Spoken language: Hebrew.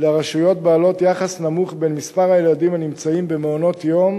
לרשויות בעלות יחס נמוך בין מספר הילדים הנמצאים במעונות יום